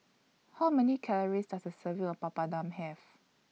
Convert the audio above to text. How Many Calories Does A Serving of Papadum Have